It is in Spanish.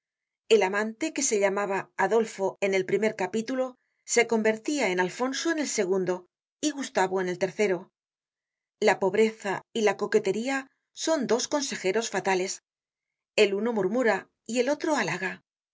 el amante que se llamaba adolfo en el primer capítulo se convertia en alfonso en el segundo y gustavo én el tercero la pobreza y la coquetería son dos consejeros fatales el uno murmura y el otro halaga